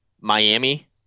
Miami